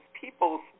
Peoples